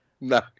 No